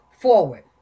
forward